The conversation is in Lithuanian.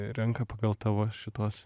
renka pagal tavo šituos